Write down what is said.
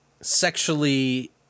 sexually